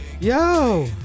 Yo